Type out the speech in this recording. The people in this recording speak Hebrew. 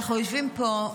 אנחנו יושבים פה,